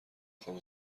خوام